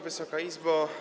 Wysoka Izbo!